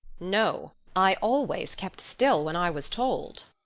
no, i always kept still when i was told,